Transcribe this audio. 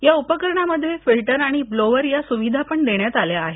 या उपकरणामध्ये फिल्टर आणि ब्लोवर या सुविधा देण्यात आल्या आहेत